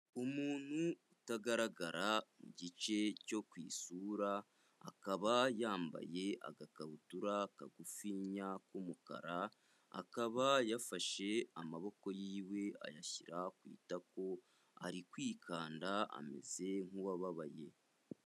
Umuntu utagaragara mu gice cyo ku isura akaba yambaye agakabutura kagufinya k'umukara akaba yafashe amaboko yiwe ayashyira ku itako arikwikanda ameze nk'uwababaye.